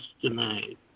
tonight